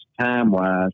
time-wise